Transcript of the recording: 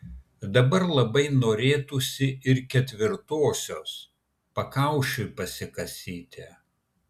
dabar labai norėtųsi ir ketvirtosios pakaušiui pasikasyti